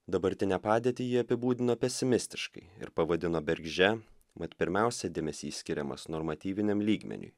dabartinę padėtį ji apibūdino pesimistiškai ir pavadino bergždžia mat pirmiausia dėmesys skiriamas normatyviniam lygmeniui